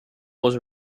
was